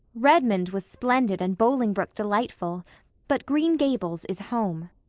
redmond was splendid and bolingbroke delightful but green gables is home.